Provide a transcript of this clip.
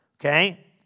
Okay